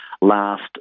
last